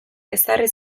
ezarri